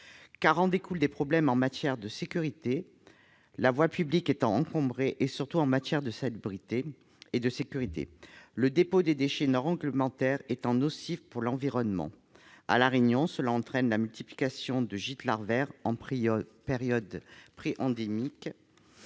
ces comportements des problèmes en matière de sécurité, la voie publique étant encombrée, et surtout en matière de salubrité, le dépôt de déchets non réglementaires étant nocif pour l'environnement. Ainsi, à La Réunion, ces dépôts entraînent la multiplication des gîtes larvaires en période préendémique